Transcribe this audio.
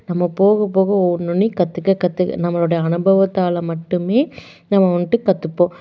நம்ம போகப் போக ஒன்னொன்னையும் கற்றுக்க கற்றுக்க நம்மளுடைய அனுபவத்தால் மட்டுமே நம்ம வந்துட்டு கற்றுப்போம்